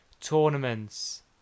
tournaments